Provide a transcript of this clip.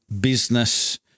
business